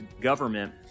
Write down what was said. government